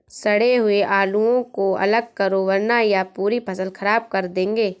सड़े हुए आलुओं को अलग करो वरना यह पूरी फसल खराब कर देंगे